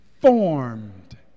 formed